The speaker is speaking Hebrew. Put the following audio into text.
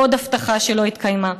עוד הבטחה שלא התקיימה.